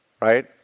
right